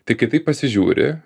tai kai taip pasižiūri